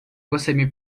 você